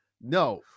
No